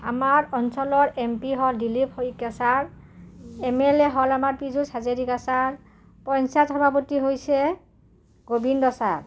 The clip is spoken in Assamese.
আমাৰ অঞ্চলৰ এম পি হ'ল Dilip Saikia sir M L A হ'ল আমাৰ পিযুজ হাজেৰিকা ছাৰ পঞ্চায়ত সভাপতী হৈছে গোবিন্দ্ৰ ছাৰ